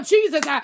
Jesus